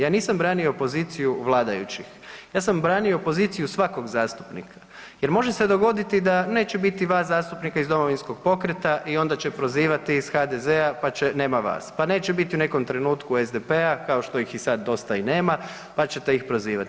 Ja nisam branio poziciju vladajućih, ja sam branio poziciju svakog zastupnika jer može se dogoditi da neće biti vas zastupnika iz Domovinskog pokreta i onda će prozivati iz HDZ-a, pa će nema vas, pa neće biti u nekom trenutku SDP-a kao što ih i sad dosta i nema, pa ćete ih prozivati.